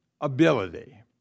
Ability